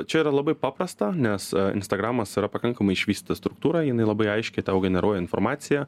čia yra labai paprasta nes instagramas yra pakankamai išvystyta struktūra jinai labai aiškiai tau generuoja informaciją